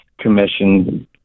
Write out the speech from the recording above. commission